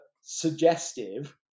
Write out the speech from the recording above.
suggestive